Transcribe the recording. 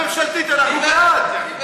תקדם ממשלתית, אנחנו בעד.